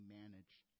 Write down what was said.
managed